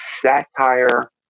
satire